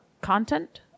content